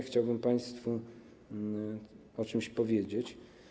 Chciałbym państwu o czymś powiedzieć.